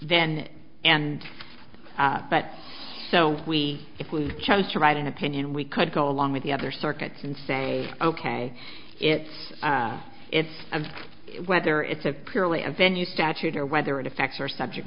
then and but so we if we chose to write an opinion we could go along with the other circuits and say ok it's if i'm whether it's a purely a venue statute or whether it affects or subject